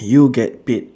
you get paid